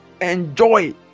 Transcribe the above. Enjoy